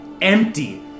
empty